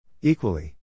Equally